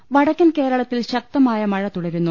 M വടക്കൻ കേരളത്തിൽ ശക്തമായ മഴ തുടരുന്നു